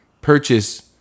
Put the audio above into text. Purchase